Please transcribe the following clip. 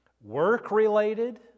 work-related